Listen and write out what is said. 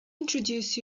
introduce